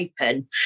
open